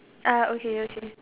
ah okay okay